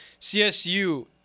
csu